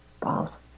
balls